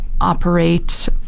operate